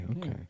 Okay